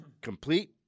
complete